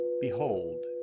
Behold